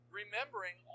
remembering